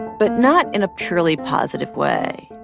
but not in a purely positive way.